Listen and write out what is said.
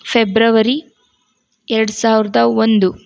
February ಎರಡು ಸಾವಿರದ ಒಂದು